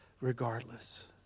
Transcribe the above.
regardless